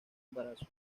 embarazo